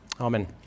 Amen